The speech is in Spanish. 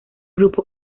grupo